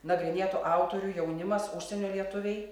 nagrinėtų autorių jaunimas užsienio lietuviai